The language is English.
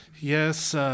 Yes